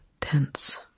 tense